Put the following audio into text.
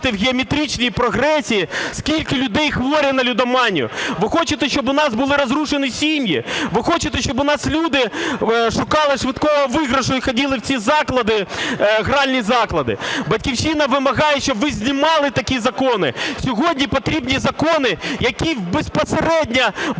в геометричній прогресії, скільки людей хворих на лудоманію. Ви хочете, щоб у нас були розрушені сім'ї, ви хочете, щоб у нас люди шукали швидкого виграшу і ходили в ці заклади, гральні заклади. "Батьківщина" вимагає, щоб ви знімали такі закони. Сьогодні потрібні закони, які безпосередньо